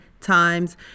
times